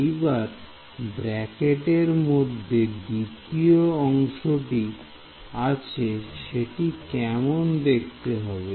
এইবার ব্র্যাকেট এর মধ্যে দ্বিতীয় অংশটি আছে সেটি কেমন দেখতে হবে